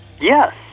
Yes